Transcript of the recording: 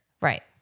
Right